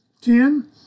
Ten